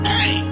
Hey